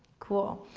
cool.